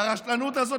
והרשלנות הזאת